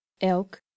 elk